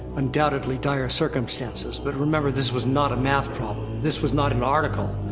undoubtedly dire circumstances, but remember this was not a math problem, this was not an article,